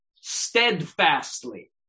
steadfastly